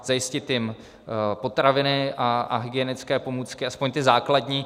Zajistit jim potraviny a hygienické pomůcky, aspoň ty základní.